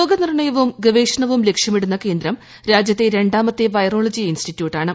രോഗനിർണയവും ഗവേഷണ് വും ലക്ഷ്യമിടുന്ന കേന്ദ്രം രാജ്യത്തെ രണ്ടാമത്തെ വൈറോളജി ഇൻസ്റ്റിറ്റ്യൂട്ട് ആണ്